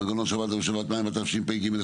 מנגנון שבת למשאבת מים), התשפ"ג-2023